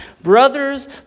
Brothers